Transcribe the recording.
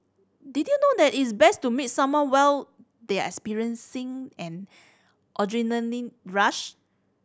did you know that is best to meet someone while they are experiencing an adrenaline rush